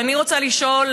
ואני רוצה לשאול,